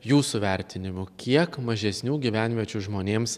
jūsų vertinimu kiek mažesnių gyvenviečių žmonėms